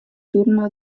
turno